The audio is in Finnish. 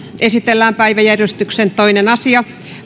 esitellään päiväjärjestyksen toinen asia